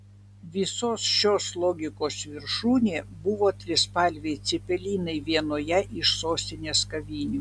visos šios logikos viršūnė buvo trispalviai cepelinai vienoje iš sostinės kavinių